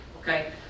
okay